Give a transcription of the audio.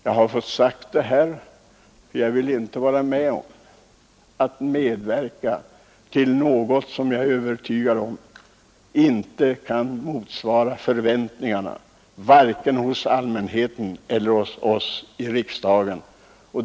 Jag har velat säga detta därför att jag inte vill medverka till något som — det är jag övertygad om — inte kan motsvara förväntningarna vare sig hos allmänheten eller hos oss i riksdagen.